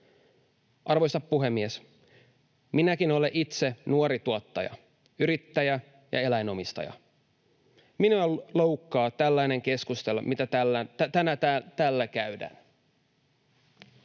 Arvoisa puhemies! Minäkin olen itse nuori tuottaja, yrittäjä ja eläinten omistaja. Minua loukkaa tällainen keskustelu, mitä tänään täällä käydään.